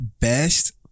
Best